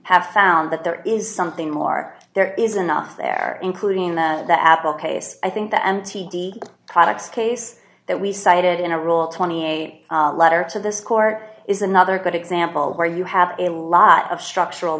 have found that there is something more there is enough there including the the apple case i think the m t d products case that we cited in a rule twenty eight letter to this court is another good example where you have a lot of structural